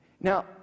Now